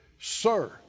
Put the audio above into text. sir